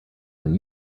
than